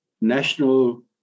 national